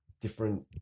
different